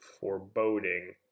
foreboding